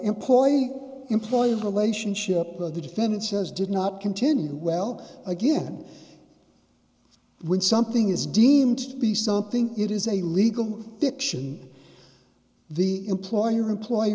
employee employer relationship of the defendant says did not continue well again when something is deemed to be something it is a legal fiction the employer employee